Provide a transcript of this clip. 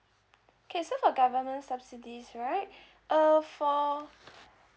okay so for government subsidies right uh for